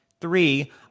Three